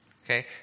Okay